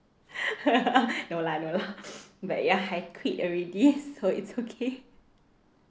no lah no lah but ya I quit already so it's okay